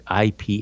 IP